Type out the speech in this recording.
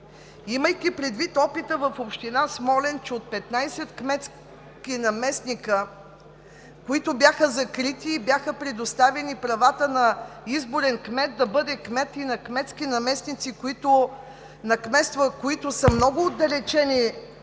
имайки предвид опита в община Смолян, че от 15 кметски наместници, които бяха закрити и правата бяха предоставени на изборен кмет да бъде кмет и на кметски наместници на кметствата, които са много отдалечени